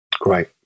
Great